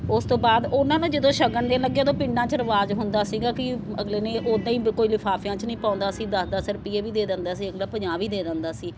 ਉਸ ਤੋਂ ਬਾਅਦ ਉਹਨਾਂ ਨੂੰ ਜਦੋਂ ਸ਼ਗਨ ਦੇਣ ਲੱਗੇ ਉਦੋਂ ਪਿੰਡਾਂ 'ਚ ਰਿਵਾਜ ਹੁੰਦਾ ਸੀਗਾ ਕਿ ਅਗਲੇ ਨੇੇ ਓਦਾਂ ਹੀ ਬ ਕੋਈ ਲਿਫਾਫਿਆ 'ਚ ਨਹੀਂ ਪਾਉਂਦਾ ਸੀ ਦਸ ਦਸ ਰੁਪਏ ਵੀ ਦੇ ਦਿੰਦੇ ਸੀ ਅਗਲਾ ਪੰਜਾਹ ਵੀ ਦੇ ਦਿੰਦਾ ਸੀ